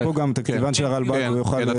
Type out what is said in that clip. יש פה גם תקציבן של הרלב"ד, הוא יוכל להסביר.